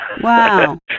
Wow